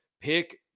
pick